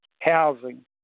housing